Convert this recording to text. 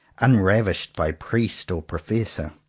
unravished by priest or professor.